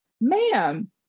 ma'am